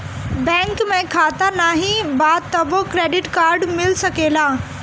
Bank में खाता नाही बा तबो क्रेडिट कार्ड मिल सकेला?